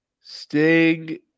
Sting